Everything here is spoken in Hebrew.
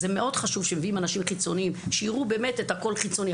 זה חשוב מאוד שמביאים אנשים חיצוניים שיראו את הכול חיצוני,